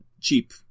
cheap